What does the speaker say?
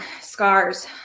scars